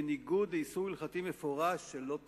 בניגוד לאיסור הלכתי מפורש של "לא תחנם"?